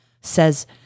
says